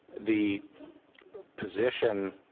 the position